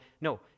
No